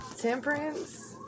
Temperance